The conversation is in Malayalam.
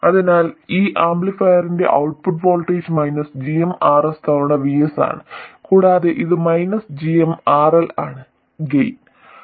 അതിനാൽ ഈ ആംപ്ലിഫയറിന്റെ output voltage minus gm RS തവണ VS ആണ് കൂടാതെ ഇത് മൈനസ് gm RL ആണ് ഗെയിൻ